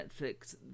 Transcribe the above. Netflix